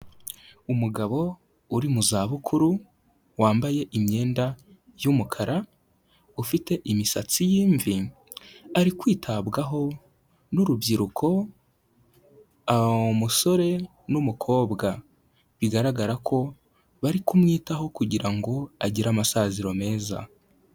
Umugabo uri mu zabukuru wambaye imyenda y'umukara ufite imisatsi y'imvi, ari kwitabwaho n'urubyiruko umusore n'umukobwa, bigaragara ko bari kumwitaho kugira ngo agire amasaziro meza.